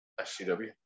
SCW